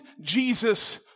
Jesus